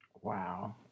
Wow